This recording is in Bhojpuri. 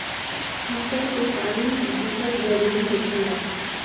फसल के पानी दिहल जरुरी होखेला